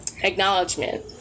acknowledgement